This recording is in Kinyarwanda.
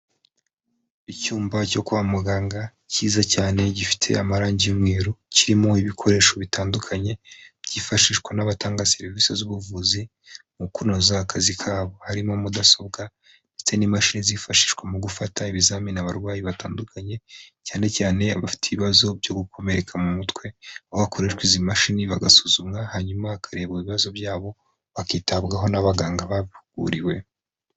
Icyumba cyo kwa muganga cyiza cyane gifite amarangi y' umweru kirimo ibikoresho bitandukanye byifashishwa n'abatanga serivisi z'ubuvuzi mu kunoza akazi kabo harimo mudasobwa ndetse n'imashini zifashishwa mu gufata ibizamini abarwayi batandukanye cyane cyane abafite ibibazo byo gukomereka mu mutwe bakoreshwa izi mashini bagasuzumwa hanyuma hakarebwa ibibazo byabo bakitabwaho n'abaganga bahuguriwe.